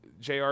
JR